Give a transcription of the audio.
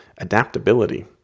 adaptability